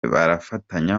barafatanya